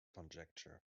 conjecture